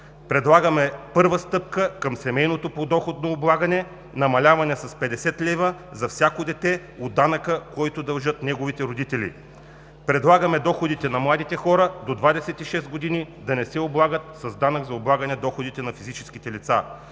Предлагаме първа стъпка към семейното подоходно облагане – намаляване с 50 лв. от данъка за всяко дете, който дължат неговите родители. Предлагаме доходите на младите хора до 26 години да не се облагат с данък за облагане на доходите на физическите лица.